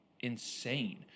Insane